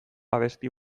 abesti